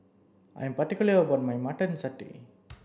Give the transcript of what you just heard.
I'm particular about my mutton satay